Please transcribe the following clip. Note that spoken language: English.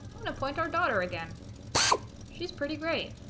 i'm gonna point our daughter again she's pretty great